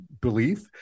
belief